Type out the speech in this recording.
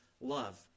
love